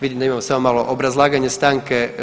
Vidim da imam, samo malo, obrazlaganje stanke.